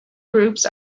groups